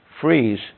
freeze